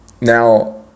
now